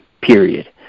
period